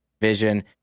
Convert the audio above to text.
vision